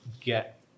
get